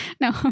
No